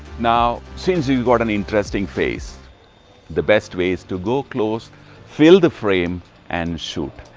now, since you've got an interesting face the best way is to go close fill the frame and shoot.